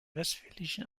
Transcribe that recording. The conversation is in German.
westfälischen